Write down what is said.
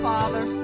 Father